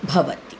भवति